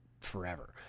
forever